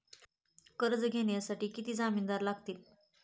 कर्ज घेण्यासाठी किती जामिनदार लागतील?